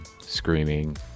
screaming